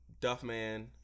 Duffman